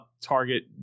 target